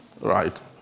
Right